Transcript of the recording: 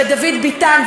דוד ביטן,